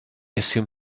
assume